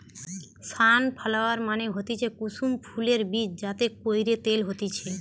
sunflower মানে হতিছে কুসুম ফুলের বীজ যাতে কইরে তেল হতিছে